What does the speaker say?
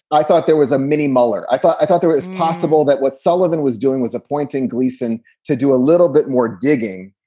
i thought there was a mini mueller. i thought i thought there it is possible that what sullivan was doing was appointing gleason to do a little bit more digging.